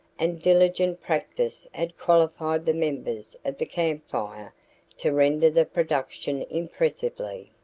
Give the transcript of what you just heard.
and diligent practice had qualified the members of the camp fire to render the production impressively.